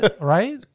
Right